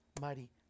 mighty